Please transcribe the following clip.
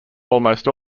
almost